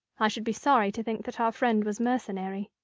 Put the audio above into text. i should be sorry to think that our friend was mercenary.